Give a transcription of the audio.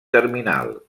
terminal